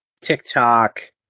TikTok